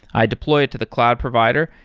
i deploy it to the cloud provider.